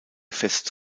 fest